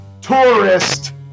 Tourist